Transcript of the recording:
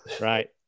Right